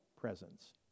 presence